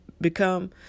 become